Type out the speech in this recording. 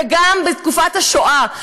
וגם בתקופת השואה,